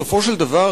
בסופו של דבר,